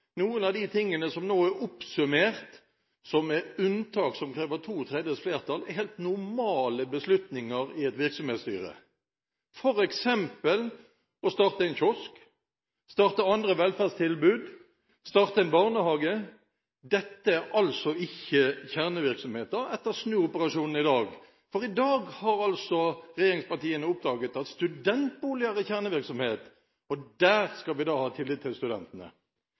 Noen omtaler noe av dette som veldig spesielt, veldig annerledes. Noe av det som nå er oppsummert, som er unntak som krever to tredels flertall, er helt normale beslutninger i et virksomhetsstyre – f.eks. å starte en kiosk, starte andre velferdstilbud, starte en barnehage. Dette er altså ikke kjernevirksomheter etter snuoperasjonen i dag – for i dag har altså regjeringspartiene oppdaget at studentboliger er kjernevirksomhet, og der skal vi ha tillit til studentene,